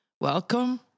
Welcome